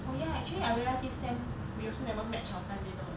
oh ya actually I realize this sem we also never match our timetable